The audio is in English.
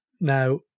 Now